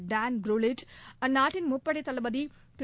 Don ப்ருலெட் அந்நாட்டின் முப்படைத்தளபதி திரு